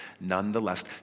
Nonetheless